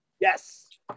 Yes